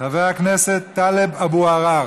חבר הכנסת טלב אבו עראר,